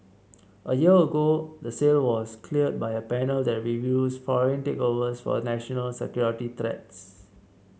a year ago the sale was cleared by a panel that reviews foreign takeovers for national security threats